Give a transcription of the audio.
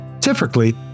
Typically